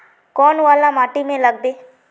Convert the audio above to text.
कौन वाला माटी में लागबे?